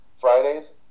Fridays